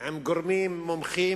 עם גורמים מומחים,